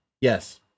Yes